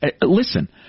listen